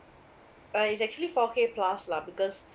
uh it's actually four K plus lah because